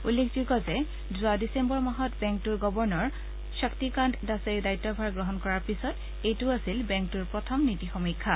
উল্লেখযোগ্য যে যোৱা ডিচেম্বৰ মাহত বেংকটোৰ গৱৰ্ণৰ শক্তিকান্ত দাস দায়িত্বভাৰ গ্ৰহণ কৰাৰ পিছত এইটো আছিল বেংকটোৰ প্ৰথম নীতি সমীক্ষা